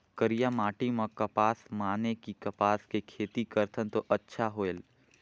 करिया माटी म कपसा माने कि कपास के खेती करथन तो अच्छा होयल?